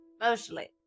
Mostly